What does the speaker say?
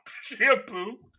shampoo